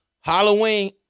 Halloween